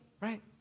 right